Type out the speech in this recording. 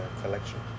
collection